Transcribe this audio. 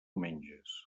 menges